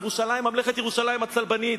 ממלכת ירושלים הצלבנית,